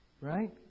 right